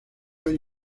hay